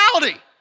reality